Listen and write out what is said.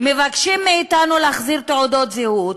מבקשים מאתנו להחזיר תעודות זהות,